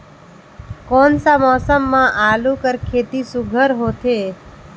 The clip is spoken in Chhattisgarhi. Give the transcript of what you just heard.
कोन सा मौसम म आलू कर खेती सुघ्घर होथे?